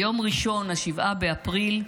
ביום ראשון 7 באפריל,